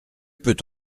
peut